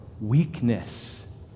weakness